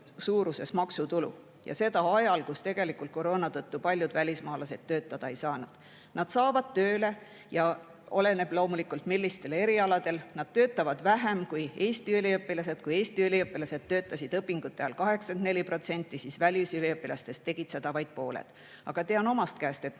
miljonit maksutulu. Ja seda ajal, kui koroona tõttu paljud välismaalased töötada ei saanud. Nad saavad tööle, aga loomulikult [on ka tähtis], millistel erialadel. Nad töötavad vähem kui Eesti üliõpilased. Kui Eesti üliõpilastest töötas õpingute ajal 84%, siis välisüliõpilastest tegid seda vaid pooled. Aga tean omast käest, et